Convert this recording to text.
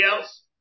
else